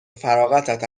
فراغتت